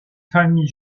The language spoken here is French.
famille